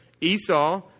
Esau